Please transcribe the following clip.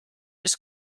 ist